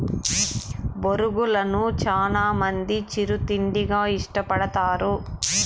బొరుగులను చానా మంది చిరు తిండిగా ఇష్టపడతారు